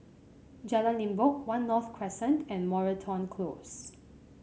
Jalan Limbok One North Crescent and Moreton Close